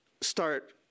start